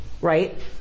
right